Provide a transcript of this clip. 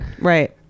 right